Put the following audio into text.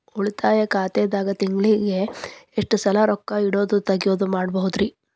ಉಳಿತಾಯ ಖಾತೆದಾಗ ತಿಂಗಳಿಗೆ ಎಷ್ಟ ಸಲ ರೊಕ್ಕ ಇಡೋದು, ತಗ್ಯೊದು ಮಾಡಬಹುದ್ರಿ?